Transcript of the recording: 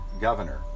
governor